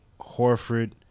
Horford